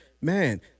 man